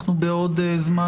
בעוד זמן,